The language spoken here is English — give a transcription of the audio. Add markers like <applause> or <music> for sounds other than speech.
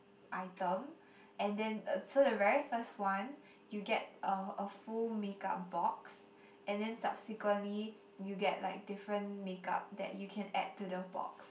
item and then <noise> so the very first one you get a a full make up box and then subsequently you get like different make up that you can add to the box